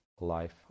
life